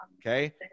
Okay